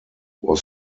was